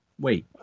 Wait